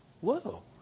whoa